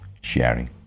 sharing